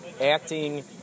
acting